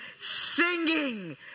singing